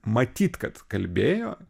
matyt kad kalbėjo